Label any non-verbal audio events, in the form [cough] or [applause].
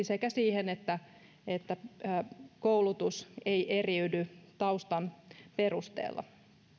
[unintelligible] sekä siihen että että koulutus ei eriydy taustan perusteella